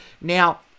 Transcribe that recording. Now